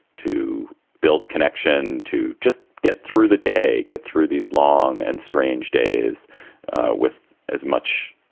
to build connection. to just get through the day, get through these long and strange days with as much